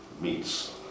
meets